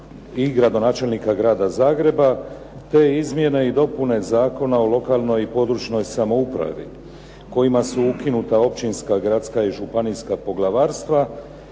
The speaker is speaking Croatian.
i gradonačelnika Grada Zagreba, te izmjene i dopune Zakona o lokalnoj i područnoj samoupravi, kojima su ukinuta općinska, gradska i županijska poglavarstva.